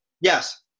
Yes